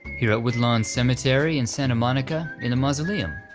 here at woodlawn cemetery in santa monica, in the mausoleum,